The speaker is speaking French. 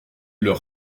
leur